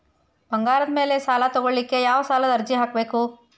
ಬಂಗಾರದ ಮ್ಯಾಲೆ ಸಾಲಾ ತಗೋಳಿಕ್ಕೆ ಯಾವ ಸಾಲದ ಅರ್ಜಿ ಹಾಕ್ಬೇಕು?